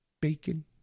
bacon